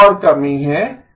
कोई और कमी है